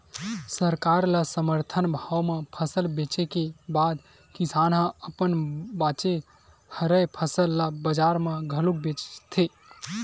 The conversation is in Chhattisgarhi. सरकार ल समरथन भाव म फसल बेचे के बाद किसान ह अपन बाचे हरय फसल ल बजार म घलोक बेचथे